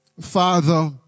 Father